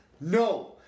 no